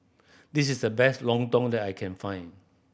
this is the best lontong that I can find